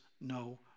no